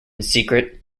secret